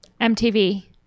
MTV